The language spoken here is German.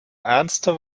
ernste